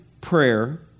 prayer